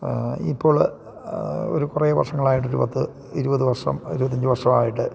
ഇപ്പോൾ ഒരു കുറെ വർഷങ്ങളായിട്ട് ഒരു പത്ത് ഇരുപത് വർഷം ഇരുപത്തഞ്ച് വർഷമായിട്ട്